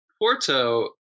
Porto